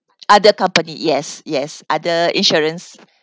other company yes yes other insurance